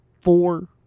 four